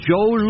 Joe